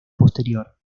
posterior